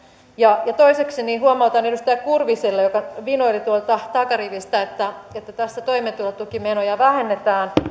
toiseksi huomautan edustaja kurviselle joka vinoili tuolta takarivistä että että tässä toimeentulotukimenoja vähennetään